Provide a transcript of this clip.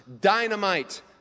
Dynamite